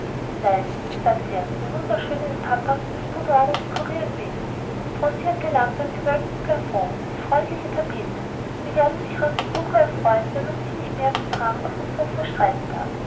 nein sagte er wie wunderschön ihnen papa das boudoir da dekorieren ließ die bronzierte lampe am gewölbten plafond die freundliche tapete wie werden sich ihre besucher erfreuen wenn man sich nicht mehr um den rang auf dem sofa streiten darf